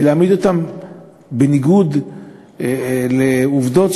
ולהעמיד אותם בניגוד לעובדות,